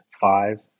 five